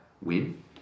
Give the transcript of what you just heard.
win